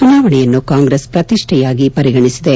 ಚುನಾವಣೆಯನ್ನು ಕಾಂಗ್ರೆಸ್ ಪ್ರತಿಷ್ಠೆಯಾಗಿ ಪರಿಗಣಿಸಿದೆ